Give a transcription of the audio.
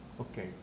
okay